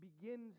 begins